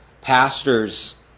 pastors